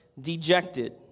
dejected